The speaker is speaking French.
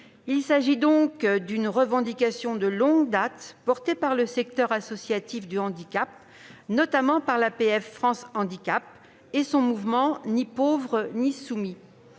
Il s'agit donc d'une revendication de longue date, portée par le secteur associatif du handicap, et notamment par l'APF France Handicap et son mouvement « Ni pauvre, ni soumis